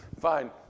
Fine